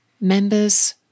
members